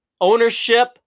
Ownership